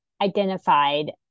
identified